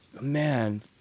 man